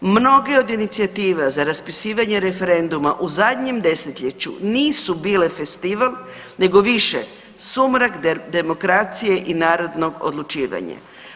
Mnogi od inicijativa za raspisivanje referenduma u zadnjem desetljeću nisu bile festival nego više sumrak demokracije i narodno odlučivanje.